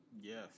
yes